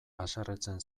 haserretzen